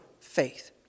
faith